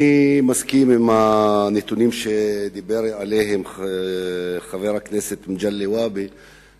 אני מסכים עם הנתונים שחבר הכנסת מגלי והבה דיבר עליהם,